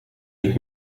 niet